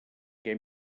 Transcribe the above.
què